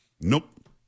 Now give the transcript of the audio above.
Nope